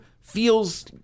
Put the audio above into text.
feels